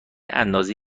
اندازه